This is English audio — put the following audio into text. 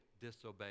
disobey